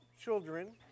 children